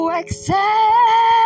accept